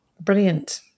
Brilliant